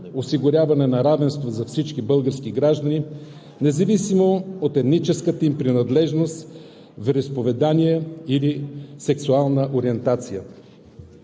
осигуряване на равенство за всички български граждани независимо от етническата им принадлежност, вероизповедание или сексуална ориентация: